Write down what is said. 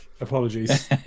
apologies